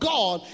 God